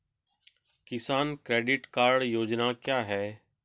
किसान credit card योजना क्या है?